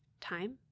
time